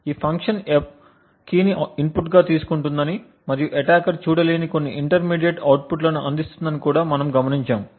ఈ function F key ని input గా తీసుకుంటుందని మరియు అటాకర్ చూడలేని కొన్ని ఇంటర్మీడియట్ అవుట్పుట్లను అందిస్తుందని కూడా మనము గమనించాము